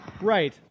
Right